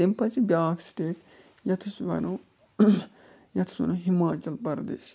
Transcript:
تَمہِ پَتہٕ چھِ بیٛاکھ سٹیٹ یَتھ أسۍ وَنو یَتھ أسۍ وَنو ہِماچَل پَردیش